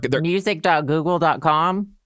music.google.com